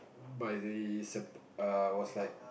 but it err was like